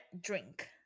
drink